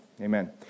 amen